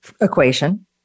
equation